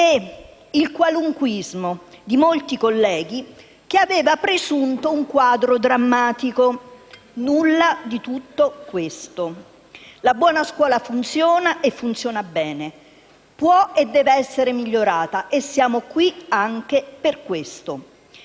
e il qualunquismo di molti colleghi, che avevano presunto un quadro drammatico: nulla di tutto questo. La buona scuola funziona e funziona bene. Può e deve essere migliorata, e siamo qui anche per questo.